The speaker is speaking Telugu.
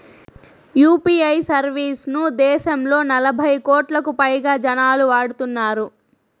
యూ.పీ.ఐ సర్వీస్ ను దేశంలో నలభై కోట్లకు పైగా జనాలు వాడుతున్నారు